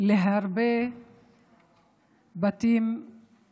להרבה בתים בחברה הערבית באופן ספציפי